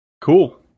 cool